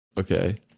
okay